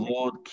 Lord